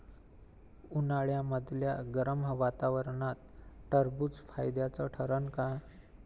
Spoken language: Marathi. उन्हाळ्यामदल्या गरम वातावरनात टरबुज फायद्याचं ठरन का?